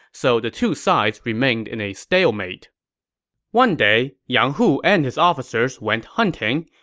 so the two sides remained in a stalemate one day, yang hu and his officers went hunting,